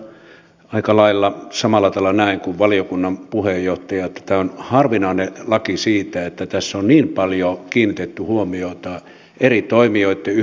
ensinnäkin aika lailla samalla tavalla näen kuin valiokunnan puheenjohtaja alussa että tämä on harvinainen laki siitä että tässä on niin paljon kiinnitetty huomiota yhteistyöhön eri toimijoitten